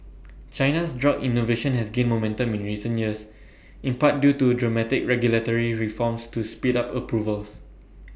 China's drug innovation has gained momentum in recent years in part due to dramatic regulatory reforms to speed up approvals